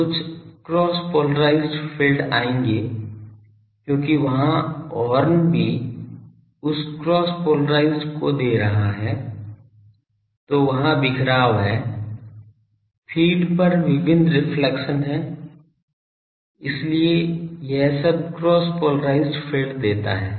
तो कुछ cross polarised field आएंगे क्योंकि वहाँ हॉर्न भी उस क्रॉस पोलराइज्ड को दे रहा है तो वहाँ बिखराव है फ़ीड पर विभिन्न रिफ्लेक्शन हैं इसलिए यह सब क्रॉस पोलराइज्ड फील्ड देता है